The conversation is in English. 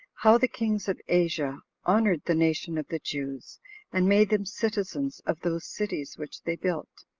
how the kings of asia honored the nation of the jews and made them citizens of those cities which they built.